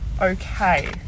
okay